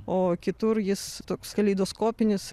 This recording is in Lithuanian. o kitur jis toks kaleidoskopinis